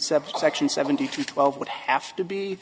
subsection seventy two twelve would have to be